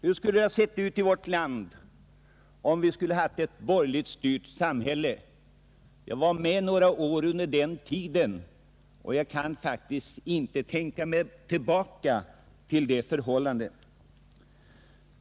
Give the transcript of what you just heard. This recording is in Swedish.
Hur skulle det ha sett ut i vårt land om vi haft ett borgerligt styrt samhälle? Jag var med några år under den tiden, och jag kan faktiskt inte tänka mig tillbaka till det förhållandet.